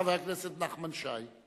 חבר הכנסת נחמן שי,